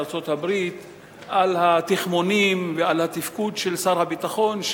בארצות-הברית על התכמונים ועל התפקוד של שר הביטחון,